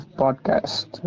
podcast